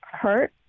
hurt